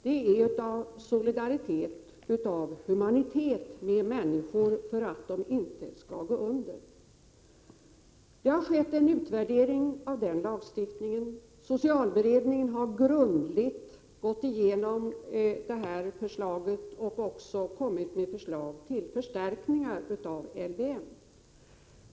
Det är av humanitet, av solidaritet med människor, för att de inte skall gå under. Det har skett en utvärdering av den lagstiftningen. Socialberedningen har grundligt gått igenom detta förslag och kommit med förslag till förstärkningar av LVM.